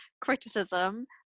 criticism